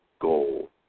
goal